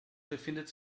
befindet